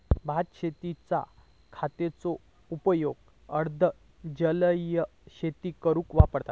भात शेतींच्या खताचो उपयोग अर्ध जलीय शेती करूक वापरतत